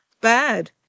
Bad